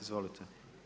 Izvolite.